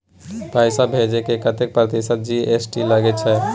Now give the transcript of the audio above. पैसा भेजै में कतेक प्रतिसत जी.एस.टी लगे छै?